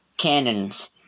Cannons